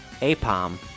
Apom